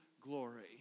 glory